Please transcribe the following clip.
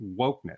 wokeness